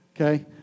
okay